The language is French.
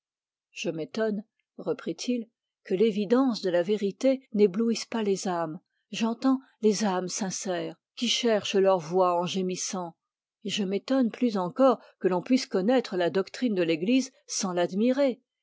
je m'étonne reprit-il que l'évidence de la vérité n'éblouisse pas les âmes j'entends les âmes sincères qui cherchent leur voie en gémissant et je m'étonne plus encore que l'on puisse connaître la doctrine de l'église sans l'admirer